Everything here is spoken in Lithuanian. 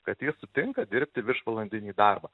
kad jis sutinka dirbti viršvalandinį darbą